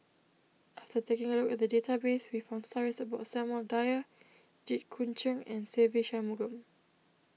after taking a look at the database we found stories about Samuel Dyer Jit Koon Ch'ng and Se Ve Shanmugam